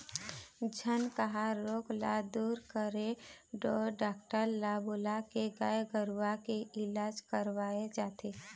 झनकहा रोग ल दूर करे ढोर डॉक्टर ल बुलाके गाय गरुवा के इलाज करवाय जाथे